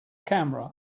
camera